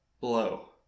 Blow